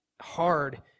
hard